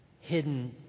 hidden